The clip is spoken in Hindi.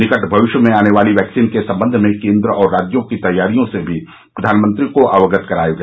निकट भविष्य में आने वाली वैक्सीन के संबंध में केन्द्र और राज्यों की तैयारियों से भी प्रधानमंत्री को अवगत कराया गया